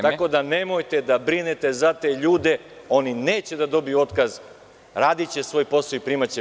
Tako da, nemojte da brinete za te ljude, oni neće da dobiju otkaz, radiće svoj posao i primaće plate.